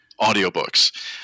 audiobooks